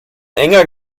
enger